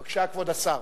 בבקשה, כבוד השר.